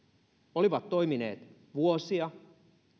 olivat toimineet vuosia